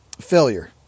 failure